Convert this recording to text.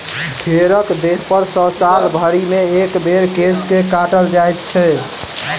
भेंड़क देहपर सॅ साल भरिमे एक बेर केश के काटल जाइत छै